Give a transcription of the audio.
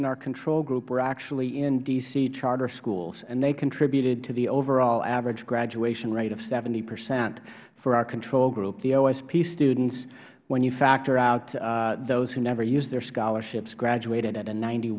in our control group were actually in d c charter schools and they contributed to the overall average graduation rate of seventy percent for our control group the osp students when you factor out those who never used their scholarships graduated at a ninety